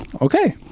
Okay